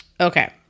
Okay